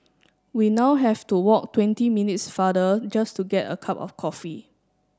we now have to walk twenty minutes farther just to get a cup of coffee